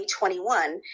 2021